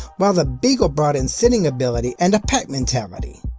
while the beagle brought in scenting ability and a pack mentality.